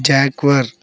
jaguar